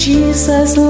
Jesus